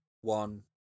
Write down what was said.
one